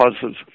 causes